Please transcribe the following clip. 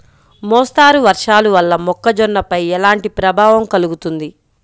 మోస్తరు వర్షాలు వల్ల మొక్కజొన్నపై ఎలాంటి ప్రభావం కలుగుతుంది?